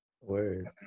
Word